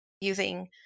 using